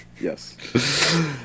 Yes